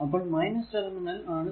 അപ്പോൾ ടെർമിനൽ ആണ് കാണുക